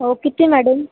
हो किती मॅडम